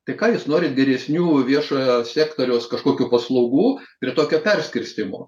tai ką jūs norit deresnių viešojo sektoriaus kažkokių paslaugų ir tokio perskirstymo